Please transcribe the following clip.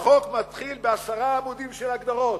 החוק מתחיל בעשרה עמודים של הגדרות,